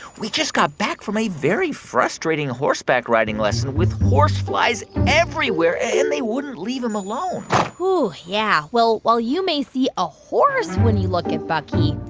we just got back from a very frustrating horseback riding lesson with horseflies everywhere. and they wouldn't leave him alone yeah. well, while you may see a horse when you look at bucky,